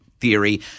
theory